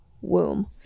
womb